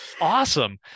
awesome